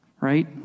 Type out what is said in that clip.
Right